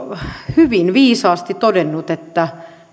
hyvin viisaasti todennut että